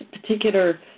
particular